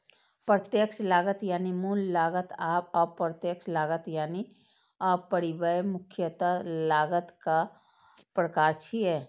प्रत्यक्ष लागत यानी मूल लागत आ अप्रत्यक्ष लागत यानी उपरिव्यय मुख्यतः लागतक प्रकार छियै